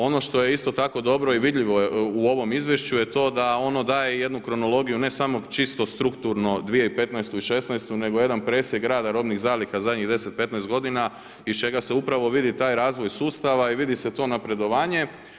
Ono što je isto tako dobro i vidljivo je u ovom izvješću je to da ono daje i jednu kronologiju ne samo čisto, strukturno 2015. i 2016. nego i jedan presjek rada robnih zaliha zadnjih 10, 15 godina iz čega se upravo vidi taj razvoj sustava i vidi se to napredovanje.